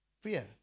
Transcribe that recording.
fear